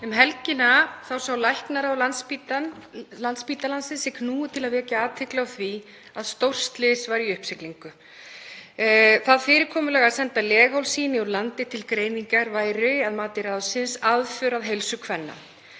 Um helgina sá læknaráð Landspítalans sig knúið til að vekja athygli á því að stórt slys væri í uppsiglingu. Það fyrirkomulag að senda leghálssýni úr landi til greiningar er að mati ráðsins aðför að heilsu kvenna.